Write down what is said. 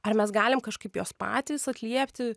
ar mes galim kažkaip juos patys atliepti